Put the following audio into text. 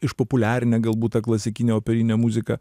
išpopuliarinę galbūt tą klasikinę operinę muziką